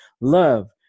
love